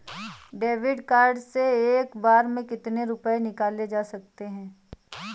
David card से एक बार में कितनी रूपए निकाले जा सकता है?